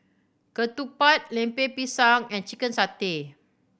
ketupat Lemper Pisang and chicken satay